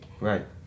Right